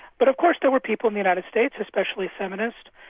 but of course there were people in the united states, especially feminists,